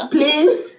Please